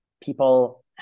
people